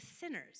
sinners